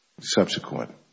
subsequent